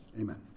Amen